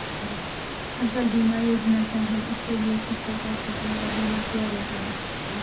फ़सल बीमा योजना क्या है इसके लिए किस प्रकार फसलों का बीमा किया जाता है?